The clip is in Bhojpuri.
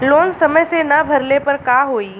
लोन समय से ना भरले पर का होयी?